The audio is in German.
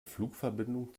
flugverbindung